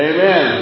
Amen